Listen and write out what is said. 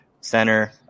center